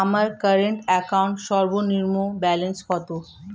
আমার current account সর্বনিম্ন balance কত?